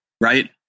right